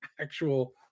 actual